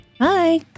Hi